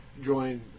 join